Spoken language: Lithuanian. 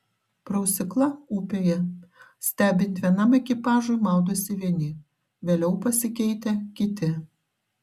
prausykla upėje stebint vienam ekipažui maudosi vieni vėliau pasikeitę kiti